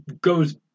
goes